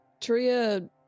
Tria